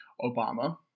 Obama